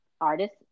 artist